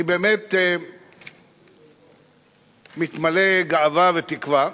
אני באמת מתמלא גאווה ותקווה,